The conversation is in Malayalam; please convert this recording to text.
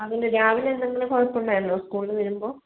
അവന് രാവിലെ എന്തെങ്കിലും കുഴപ്പമുണ്ടായിരുന്നോ സ്കൂളിൽ വരുമ്പോൾ